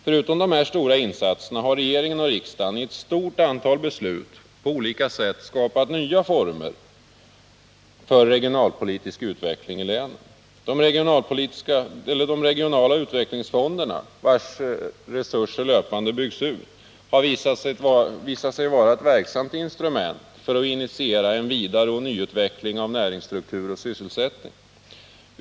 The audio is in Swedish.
Förutom dessa mycket stora insatser har regeringen och riksdagen i ett stort antal beslut på olika sätt skapat nya former för regionalpolitisk utveckling i länen. De regionala utvecklingsfonderna, vilkas resurser löpande byggs ut, har visat sig vara ett verksamt instrument för att initiera en vidareoch nyutveckling av näringsstruktur och sysselsättning.